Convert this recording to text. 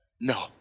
No